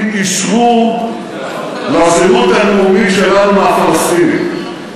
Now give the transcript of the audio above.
אישור לזהות הלאומית שלנו מהפלסטינים,